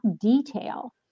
detail